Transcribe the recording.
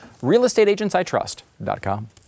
realestateagentsitrust.com